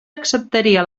acceptaria